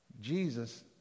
Jesus